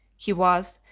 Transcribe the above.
he was,